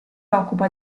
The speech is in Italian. occupa